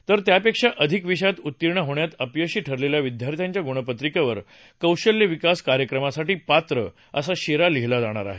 तर त्यापेक्षा अधिक विषयात उत्तीर्ण होण्यात अपयशी ठरलेल्या विद्यार्थ्यांच्या गुणपत्रिकेवर कौशल्य विकास कार्यक्रमासाठी पात्र असा शेरा लिहिला जाणार आहे